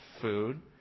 food